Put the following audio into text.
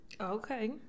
Okay